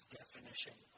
definition